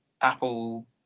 apple